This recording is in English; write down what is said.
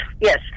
yes